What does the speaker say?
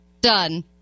done